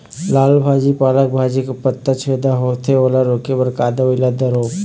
लाल भाजी पालक भाजी के पत्ता छेदा होवथे ओला रोके बर का दवई ला दारोब?